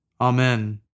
Amen